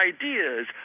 ideas